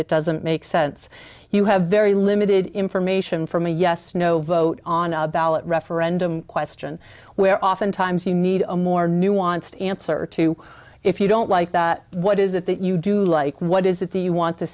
it doesn't make sense you have very limited information from a yes no vote on a ballot referendum question where oftentimes you need a more nuanced answer to if you don't like that what is it that you do like what is it the you want the